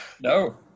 No